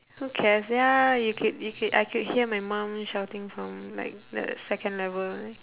who cares ya you could you could I could hear my mum shouting from like the second level